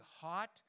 hot